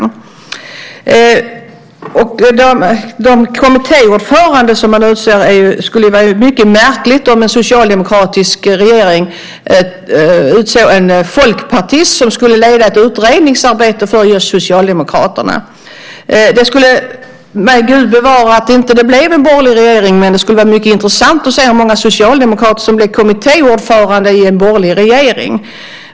När det gäller de kommittéordförande som man utser skulle det vara mycket märkligt om en socialdemokratisk regering utsåg en folkpartist att leda ett utredningsarbete för just Socialdemokraterna. Gud bevare mig för att det blir en borgerlig regering, men det skulle vara mycket intressant att se hur många socialdemokrater som blir kommittéordförande med en borgerlig regering.